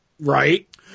right